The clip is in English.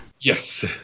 Yes